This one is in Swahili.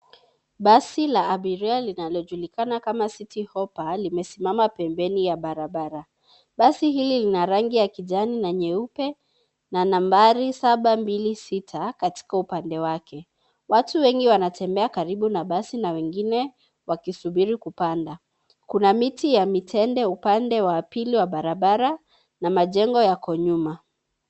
Basi la abiria linalojulikana kama Citi Hoppa limesimama pembeni ya barabara. Basi hili lina rangi ya kijani na nyeupe na nambari saba mbili sita kaika upande wake. Watu wengi wanatembea karibu na basi na wengine wakisubiri kupanda. Kuna miti ya mitende upande wa pili wa barabara na majengo yako nyuma.